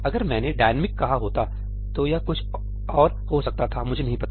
अगर मैंने 'डायनेमिक"dynamic'कहा होता तो यह कुछ और हो सकता था मुझे नहीं पता